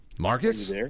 Marcus